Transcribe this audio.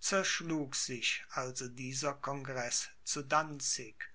zerschlug sich also dieser congreß zu danzig